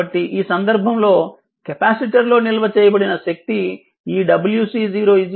కాబట్టి ఈ సందర్భంలో కెపాసిటర్లో నిల్వ చేయబడిన శక్తి ఈ wc 12 CV0 2